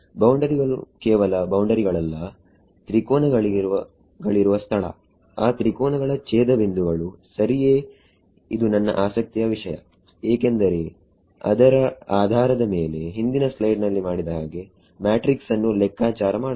ಬೌಂಡರಿಗಳು ಕೇವಲ ಬೌಂಡರಿಗಳಲ್ಲ ತ್ರಿಕೋನಗಳಿರುವ ಸ್ಥಳಆ ತ್ರಿಕೋನಗಳ ಛೇದಬಿಂದುಗಳು ಸರಿಯೇ ಇದು ನನ್ನ ಆಸಕ್ತಿಯ ವಿಷಯ ಏಕೆಂದರೆ ಅದರ ಆಧಾರದ ಮೇಲೆ ಹಿಂದಿನ ಸ್ಲೈಡ್ ನಲ್ಲಿ ಮಾಡಿದ ಹಾಗೆ ಮ್ಯಾಟ್ರಿಕ್ಸ್ ಅನ್ನು ಲೆಕ್ಕಾಚಾರ ಮಾಡಬಹುದು